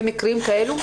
במקרים כאלה?